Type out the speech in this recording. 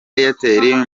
airtel